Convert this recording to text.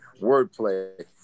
wordplay